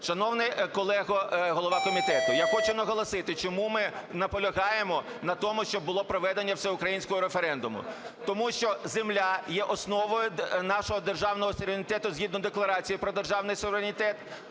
Шановний колего голова комітету, я хочу наголосити, чому ми наполягаємо на тому, щоб було проведення всеукраїнського референдуму. Тому що земля є основою нашого державного суверенітету згідно Декларації про державний суверенітет.